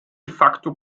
facto